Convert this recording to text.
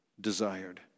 desired